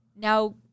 Now